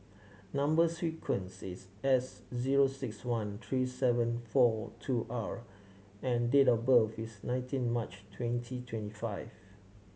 number sequence is S zero six one three seven four two R and date of birth is nineteen March twenty twenty five